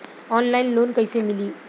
Online loan कइसे मिली?